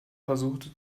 versuchte